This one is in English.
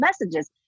messages